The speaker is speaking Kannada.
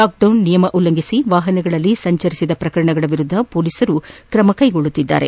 ಲಾಕ್ಡೌನ್ ನಿಯಮ ಉಲ್ಲಂಘಿಸಿ ವಾಹನಗಳಲ್ಲಿ ಸಂಚರಿಸಿದ ಪ್ರಕರಣಗಳ ವಿರುದ್ದ ಮೊಲೀಸರು ಕ್ರಮ ಕೈಗೊಳ್ಳುತ್ತಿದ್ದಾರೆ